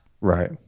right